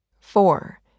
Four